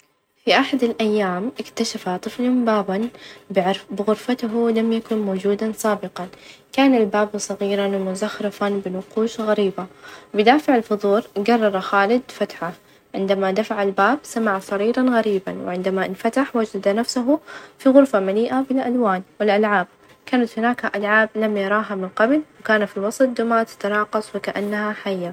في أحد الأيام اكتشف طفلٌ بابًا -بعر- بغرفته لم يكن موجودًا سابقًا، كان الباب صغيرًا، ومزخرفًا بنقوش غريبة، بدافع الفظول قرر خالد فتحه، عندما دفع الباب سمع صريرًا غريبًا، وعندما إنفتح وجد في غرفة مليئة بالألوان، والألعاب، كانت هناك ألعاب لم يراها من قبل، وكان في وسط دمى تتراقص وكأنها حية.